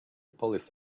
police